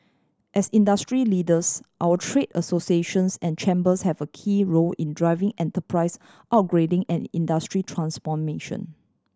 as industry leaders our trade associations and chambers have a key role in driving enterprise upgrading and industry transformation